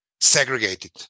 segregated